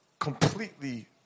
completely